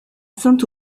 saint